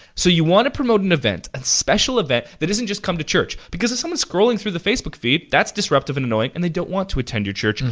so, you want to promote an event, a and special event, that isn't just come to church, because as someone's scrolling through the facebook feed, that's disruptive and annoying, and they don't want to attend your church. and